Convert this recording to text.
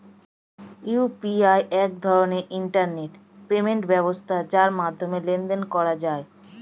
UPI এক ধরনের internet payment ব্যবস্থা যার মাধ্যমে লেনদেন করা যায়